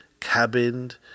cabined